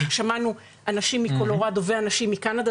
שמענו אנשים מקולורדו ואנשים מקנדה,